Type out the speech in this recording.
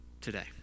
today